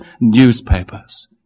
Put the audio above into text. newspapers